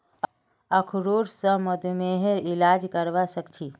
अखरोट स मधुमेहर इलाज करवा सख छी